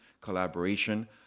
collaboration